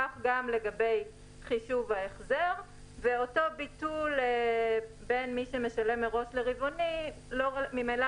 כך גם לגבי חישוב ההחזר ואותו ביטול בין מי שמשלם מראש לרבעוני ממילא